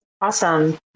awesome